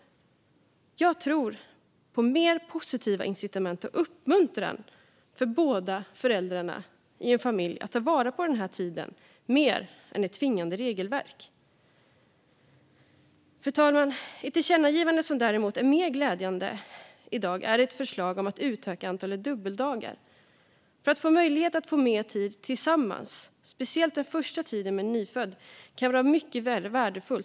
Jag tror mer på positiva incitament och uppmuntran till båda föräldrarna i en familj att ta vara på den tiden än jag tror på ett tvingande regelverk. Fru talman! Ett förslag till tillkännagivande som däremot är mer glädjande handlar om att utöka antalet dubbeldagar. Att få möjlighet att ha mer tid tillsammans, speciellt under den första tiden med en nyfödd, kan vara mycket värdefullt.